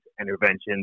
interventions